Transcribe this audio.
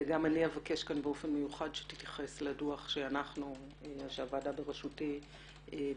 וגם אני אבקש כאן באופן מיוחד שתתייחס לדוח שהוועדה בראשותי ביקשה